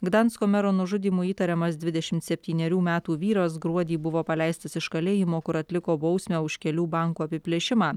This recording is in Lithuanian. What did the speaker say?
gdansko mero nužudymu įtariamas dvidešimt septynerių metų vyras gruodį buvo paleistas iš kalėjimo kur atliko bausmę už kelių bankų apiplėšimą